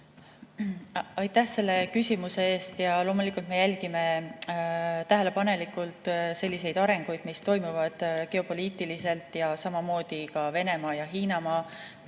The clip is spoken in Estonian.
Aitäh selle küsimuse eest! Loomulikult me jälgime tähelepanelikult selliseid arenguid, mis toimuvad geopoliitiliselt ja samamoodi Venemaa ja Hiina